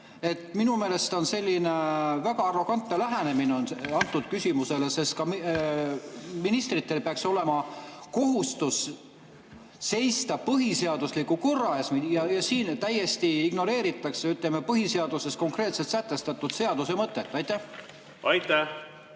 Minu meelest on see väga arrogantne lähenemine antud küsimusele, sest ka ministritel peaks olema kohustus seista põhiseadusliku korra eest. Ja siin täiesti ignoreeritakse, ütleme, põhiseaduses konkreetselt sätestatud seaduse mõtet. Aitäh,